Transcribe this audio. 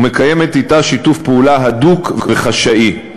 ומקיימת אתו שיתוף פעולה הדוק וחשאי.